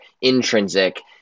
intrinsic